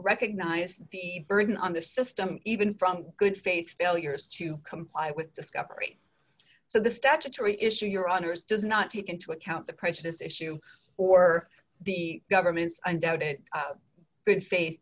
recognize the burden on the system even from good faith failures to comply with discovery so the statutory issue your honor is does not take into account the prejudice issue or the government's undoubted good faith